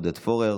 עודד פורר,